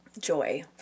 joy